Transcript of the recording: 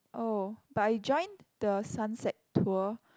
oh but I joined the sunset tour